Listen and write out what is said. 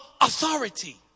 authority